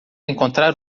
encontrar